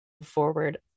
forward